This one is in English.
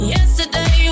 Yesterday